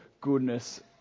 goodness